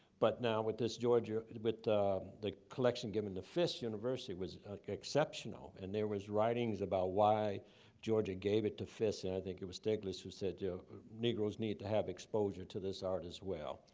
but now, with this georgia with the collection given to fisk university was exceptional. and there was writings about why georgia gave it to fisk, and i think it was stieglitz who said yeah negroes need to have exposure to this art as well.